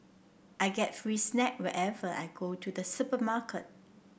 I get free snack whenever I go to the supermarket